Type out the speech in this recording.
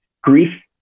Grief